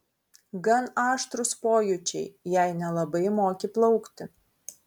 gan aštrūs pojūčiai jei nelabai moki plaukti